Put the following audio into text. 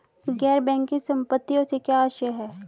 गैर बैंकिंग संपत्तियों से क्या आशय है?